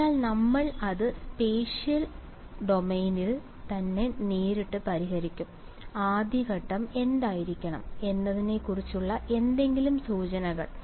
അതിനാൽ നമ്മൾ അത് സ്പേഷ്യൽ ഡൊമെയ്നിൽ തന്നെ നേരിട്ട് പരിഹരിക്കും ആദ്യ ഘട്ടം എന്തായിരിക്കണം എന്നതിനെക്കുറിച്ചുള്ള എന്തെങ്കിലും സൂചനകൾ